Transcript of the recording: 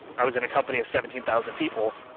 i was in a company of seventeen thousand people.